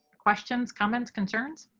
questions, comments, concerns.